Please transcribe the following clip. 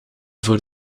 voor